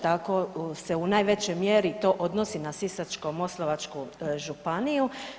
Tako se u najvećoj mjeri to odnosi na Sisačko-moslavačku županiju.